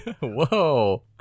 Whoa